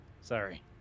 Sorry